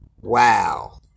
wow